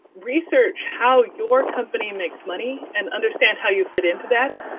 research how your company makes money, and understand how you fit into that.